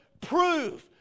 prove